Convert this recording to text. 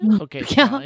Okay